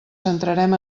centrarem